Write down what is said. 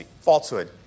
falsehood